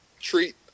treat